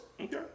Okay